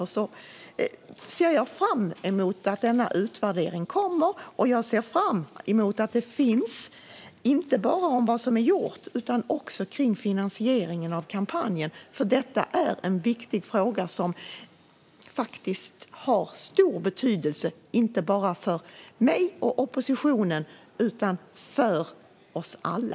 Jag ser därför fram emot utvärderingen som kommer, inte bara när det gäller vad som gjorts utan också när det gäller finansieringen av kampanjen. Detta är en viktig fråga som har stor betydelse, inte bara för mig och oppositionen utan för oss alla.